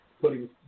putting